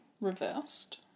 reversed